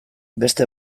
beste